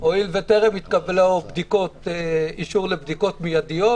הואיל וטרם התקבל אישור לבדיקות מיידיות,